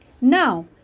now